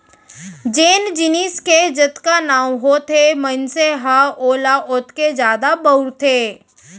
जेन जिनिस के जतका नांव होथे मनसे हर ओला ओतके जादा बउरथे